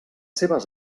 seves